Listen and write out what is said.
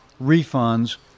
refunds